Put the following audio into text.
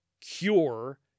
cure